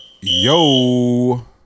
Yo